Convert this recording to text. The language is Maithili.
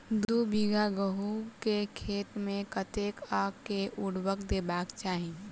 दु बीघा गहूम केँ खेत मे कतेक आ केँ उर्वरक देबाक चाहि?